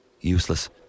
Useless